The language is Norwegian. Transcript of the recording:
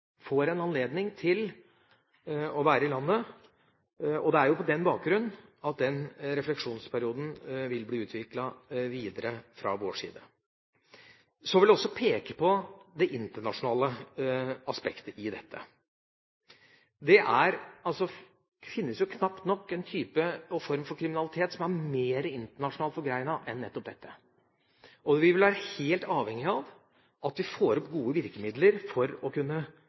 får anledning til å være i landet. Det er på denne bakgrunn refleksjonsperioden vil bli utviklet videre fra vår side. Så vil jeg også peke på det internasjonale aspektet i dette. Det finnes knapt nok noen form for kriminalitet som er mer internasjonalt forgrenet enn nettopp denne. Vi vil være helt avhengig av at vi får gode virkemidler for bl.a. å kunne